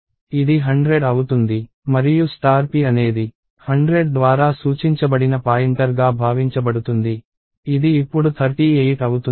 ఇది 100 అవుతుంది మరియు p అనేది 100 ద్వారా సూచించబడిన పాయింటర్గా భావించబడుతుంది ఇది ఇప్పుడు 38 అవుతుంది